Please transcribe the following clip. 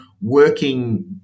working